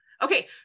Okay